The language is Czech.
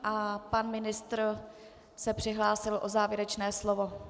A pan ministr se přihlásil o závěrečné slovo.